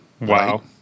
wow